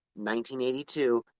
1982